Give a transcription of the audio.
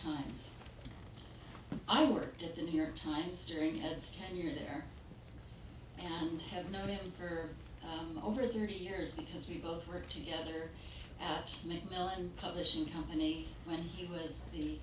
times i worked at the new york times during his tenure there and have known him for over thirty years because we both work together and publishing company when he was the